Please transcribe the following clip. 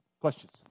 Questions